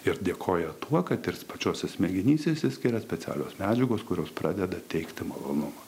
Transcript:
ir dėkoja tuo kad ir pačiose smegenyse išsiskiria specialios medžiagos kurios pradeda teikti malonumą